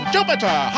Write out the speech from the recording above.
Jupiter